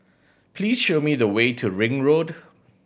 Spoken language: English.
please show me the way to Ring Road